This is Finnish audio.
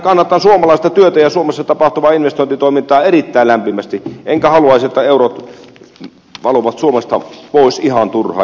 kannatan suomalaista työtä ja suomessa tapahtuvaa investointitoimintaa erittäin lämpimästi enkä haluaisi että eurot valuvat suomesta pois ihan turhaan